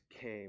came